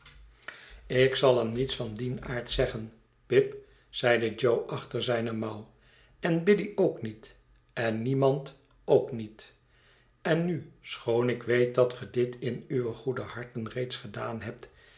ik zal hem niets van dien aard zeggen pip zeide jo achter zijne mouw en biddy ook niet en niemand ook niet en nu schoon ikweet dat ge dit inuwe goede harten reeds gedaan hebt